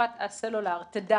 שחברת הסלולר תדע